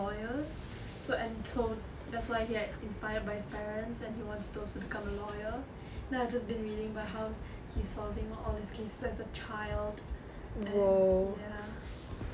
two lawyers so and so that's why he like inspired by his parents and he wants to also become a lawyer now I've just been reading about how he's solving all these cases as a child and ya